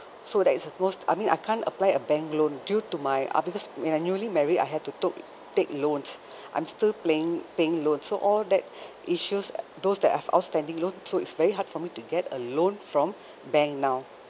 so that is the most I mean I can't apply a bank loan due to my uh because when I newly married I had to took take loans I'm still playing paying loans so all that issues those that I've outstanding loan so it's very hard for me to get a loan from bank now